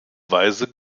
weise